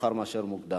מאוחר מאשר אף פעם לא.